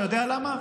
אתה יודע למה?